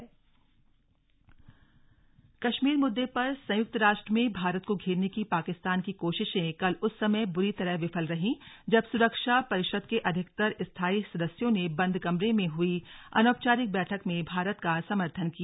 सर्मथन कश्मीर मुद्दे पर संयुक्त राष्ट्र में भारत को घेरने की पाकिस्तान की कोशिशें कल उस समय बुरी तरह विफल रहीं जब सुरक्षा परिषद के अधिकतर स्थायी सदस्यों ने बंद कमरे में हुई अनौपचारिक बैठक में भारत का समर्थन किया